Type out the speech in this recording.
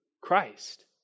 Christ